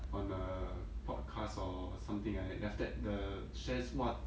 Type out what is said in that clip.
on a podcast or something like that then after that the shares !wah!